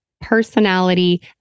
personality